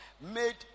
made